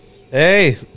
Hey